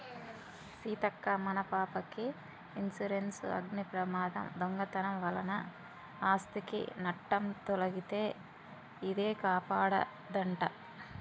సీతక్క మన పాపకి ఇన్సురెన్సు అగ్ని ప్రమాదం, దొంగతనం వలన ఆస్ధికి నట్టం తొలగితే ఇదే కాపాడదంట